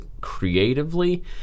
creatively